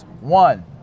one